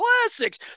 classics